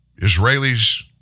Israelis